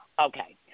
Okay